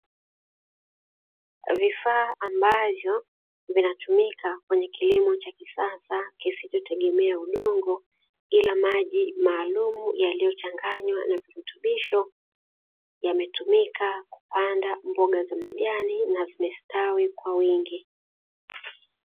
Vifaa ambavyo vinatumika kwenye kilimo cha kisasa kisichotegemea udongo ila maji maalum yaliyochanganywa na virutubisho, yametumika kupanda mboga za majani na zimestawi kwa wingi.